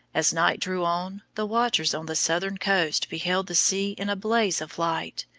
as night drew on the watchers on the southern coast beheld the sea in a blaze of light,